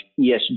ESG